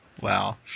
Wow